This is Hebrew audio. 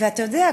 ואתה יודע,